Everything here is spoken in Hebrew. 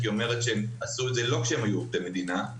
כי היא אומרת שהם עשו את זה לא כשהיו עובדי מדינה.